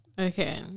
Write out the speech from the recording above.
Okay